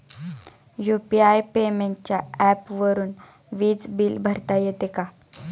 UPI पेमेंटच्या ऍपवरुन वीज बिल भरता येते का?